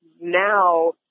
now